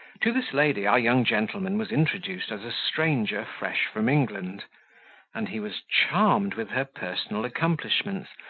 to this lady our young gentleman was introduced as a stranger fresh from england and he was charmed with her personal accomplishments,